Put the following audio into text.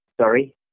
sorry